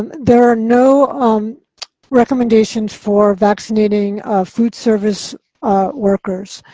there are no um recommendations for vaccinating food service workers.